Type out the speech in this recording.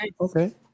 okay